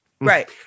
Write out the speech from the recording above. Right